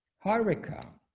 har rica.